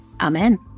Amen